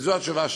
וזו התשובה,